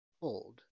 hold